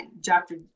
Dr